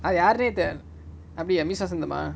அது யாருனே:athu yaarune therl~ அப்டியா:apdiyaa miss vasantham ah